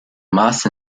moss